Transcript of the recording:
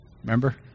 Remember